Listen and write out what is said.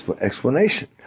explanation